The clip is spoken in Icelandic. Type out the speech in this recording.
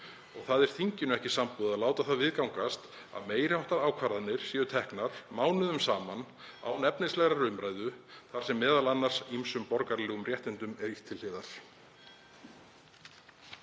og það er þinginu ekki samboðið að láta það viðgangast að meiri háttar ákvarðanir séu teknar mánuðum saman án efnislegrar umræðu þar sem m.a. ýmsum borgaralegum réttindum er ýtt til hliðar.